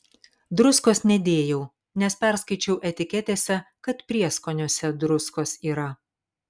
druskos nedėjau nes perskaičiau etiketėse kad prieskoniuose druskos yra